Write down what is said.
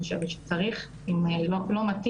אבל מהצד שלי חוויתי את זה,